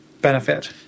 benefit